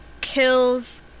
kills